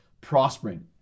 prospering